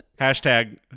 Hashtag